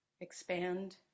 expand